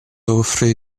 offre